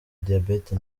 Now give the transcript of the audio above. diabète